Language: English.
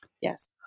Yes